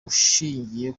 ushingiye